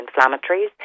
anti-inflammatories